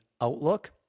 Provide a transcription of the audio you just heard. outlook